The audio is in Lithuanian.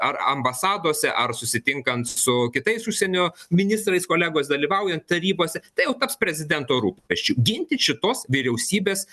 ar ambasadose ar susitinkant su kitais užsienio ministrais kolegos dalyvaujan tarybose tai jau taps prezidento rūpesčiu ginti šitos vyriausybės